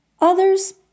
Others